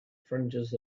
fringes